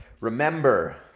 Remember